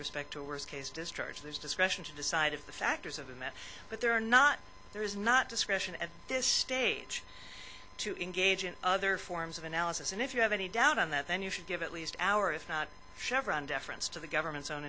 respect to worst case discharges discretion to decide if the factors of the met but there are not there is not discretion at this stage to engage in other forms of analysis and if you have any doubt on that then you should give at least hour if not chevron deference to the government's own